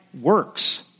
works